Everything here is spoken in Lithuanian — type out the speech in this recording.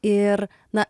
ir na